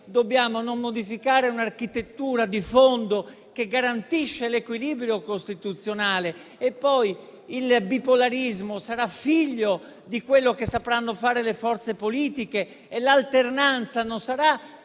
dobbiamo modificare un'architettura di fondo che garantisce l'equilibrio costituzionale. Il bipolarismo sarà poi figlio di quello che sapranno fare le forze politiche e l'alternanza non sarà